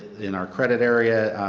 in our credit area.